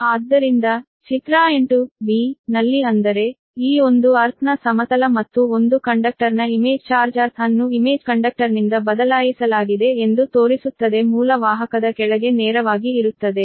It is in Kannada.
ಆದ್ದರಿಂದ ಚಿತ್ರ 8 ನಲ್ಲಿ ಅಂದರೆ ಈ ಒಂದು ಅರ್ಥ್ ನ ಸಮತಲ ಮತ್ತು ಒಂದು ಕಂಡಕ್ಟರ್ನ ಇಮೇಜ್ ಚಾರ್ಜ್ ಅರ್ಥ್ ನ್ನು ಇಮೇಜ್ ಕಂಡಕ್ಟರ್ನಿಂದ ಬದಲಾಯಿಸಲಾಗಿದೆ ಎಂದು ತೋರಿಸುತ್ತದೆ ಮೂಲ ವಾಹಕದ ಕೆಳಗೆ ನೇರವಾಗಿ ಇರುತ್ತದೆ